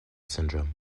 syndrome